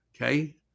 Okay